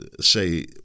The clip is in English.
say